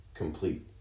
complete